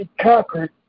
conquered